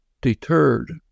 deterred